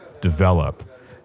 develop